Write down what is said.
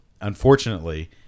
unfortunately